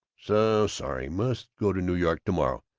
so sorry must go to new york to-morrow.